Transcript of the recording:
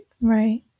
right